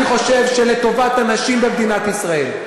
אני חושב שלטובת הנשים במדינת ישראל,